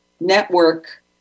network